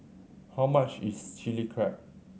how much is Chilli Crab